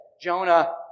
Jonah